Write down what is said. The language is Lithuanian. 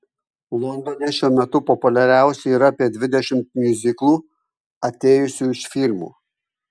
londone šiuo metu populiariausi yra apie dvidešimt miuziklų atėjusių iš filmų